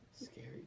Scary